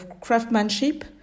craftsmanship